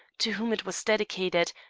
to whom it was dedicated,